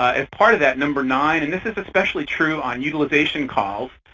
as part of that, number nine, and this is especially true on utilization calls,